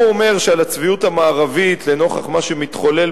הוא אומר ש"על הצביעות המערבית לנוכח מה שמתחולל